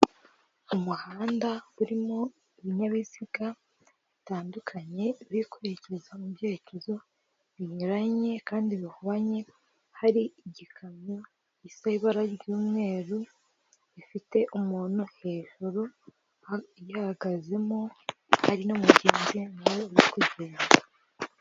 Umuhanda urimo ibinyabiziga bitandukanye biri kwerekeza mu byerekezo binyuranye kandi bihabanye, hari igikamyo gisa ibara ry'umweru gifite umuntu hejuru uyahagazemo, hari n'umugenzi nawe uri kugenda.